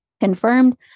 confirmed